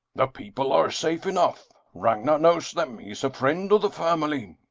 the people are safe enough. ragnar knows them. he is a friend of the family.